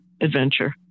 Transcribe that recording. adventure